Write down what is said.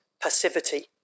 passivity